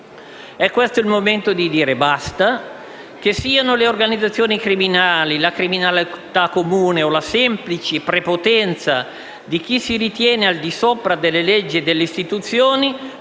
È questo il momento di dire basta: che siano le organizzazioni criminali, la criminalità comune o la semplice prepotenza di chi si ritiene al di sopra della legge e delle istituzioni: